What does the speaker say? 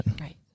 Right